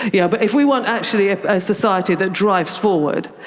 yeah, but if we want actually a society that drives forward,